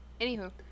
Anywho